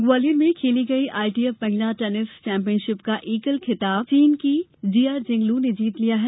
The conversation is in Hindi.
टेनिस ग्वालियर में खेली गई आईटीएफ महिला टेनिस चैंपियनशिप का एकल खिताब चीन की जिया जिंग लू ने जीत लिया है